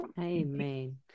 Amen